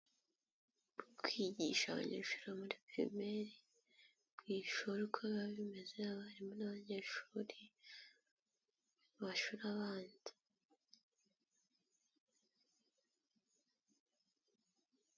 Kwigisha abanyeshuri muri pirimeri mu ishuri uko biba bimeze, abarimu n'abanyeshuri, amashuri abanza.